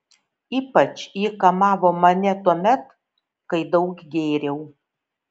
ypač ji kamavo mane tuomet kai daug gėriau